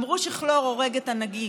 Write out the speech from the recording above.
אמרו שכלור הורג את הנגיף.